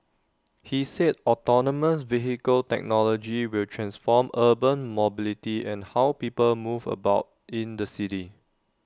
he said autonomous vehicle technology will transform urban mobility and how people move about in the city